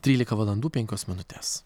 trylika valandų penkios minutės